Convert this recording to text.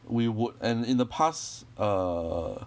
we would and in the past err